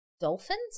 dolphins